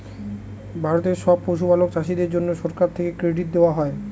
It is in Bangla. ভারতের সব পশুপালক চাষীদের জন্যে সরকার থেকে ক্রেডিট দেওয়া হয়